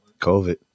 COVID